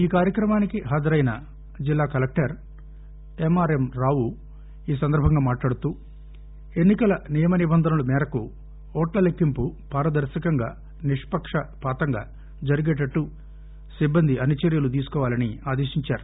ఈ కార్యక్రమానికి హాజరైన జిల్లలా collector M R M Rao ఈ సందర్భంగా మాట్లాడుతూ ఎన్నికల నియమ నిబంధనల మేరకు ఓట్ల లెక్కింపు పారదర్భకంగా నిష్పక్షపాతంగా జరిగేటట్లు సిబ్బంది అన్ని చర్యలు తీసుకోవాలని ఆదేశించారు